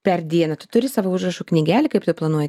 per dieną tu turi savo užrašų knygelę kaip tu planuoji